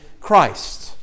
Christ